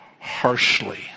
harshly